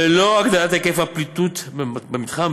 ללא הגדלת היקף הפליטות במתחם,